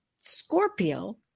Scorpio